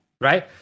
right